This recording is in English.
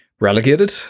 relegated